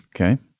Okay